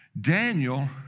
Daniel